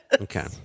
Okay